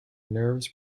nerves